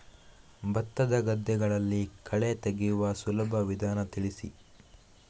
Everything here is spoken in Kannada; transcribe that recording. ಭತ್ತದ ಗದ್ದೆಗಳಲ್ಲಿ ಕಳೆ ತೆಗೆಯುವ ಸುಲಭ ವಿಧಾನ ತಿಳಿಸಿ?